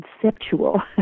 conceptual